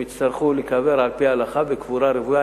הם יצטרכו להיקבר על-פי ההלכה בקבורה רוויה.